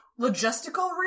Logistical